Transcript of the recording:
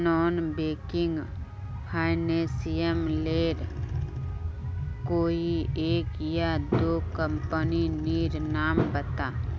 Non banking financial लेर कोई एक या दो कंपनी नीर नाम बता?